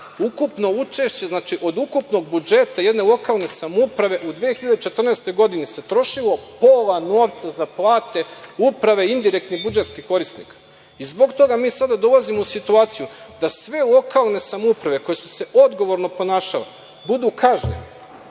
ukupno učešće, znači od ukupnog budžeta jedne lokalne samouprave u 2014. godini se trošilo pola novca za plate Uprave indirektnih budžetskih korisnika. Zbog mi sada dolazimo u situaciju da sve lokalne samouprave koje su se odgovorno ponašale budu kažnjene